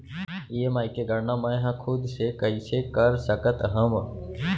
EMI के गड़ना मैं हा खुद से कइसे कर सकत हव?